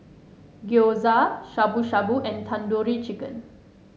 Gyoza Shabu Shabu and Tandoori Chicken